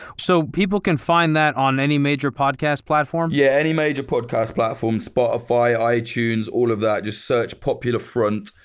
so, people can find that on any major podcast platform? yeah, any major podcast platform. spotify, itunes, all of that. just search popular front.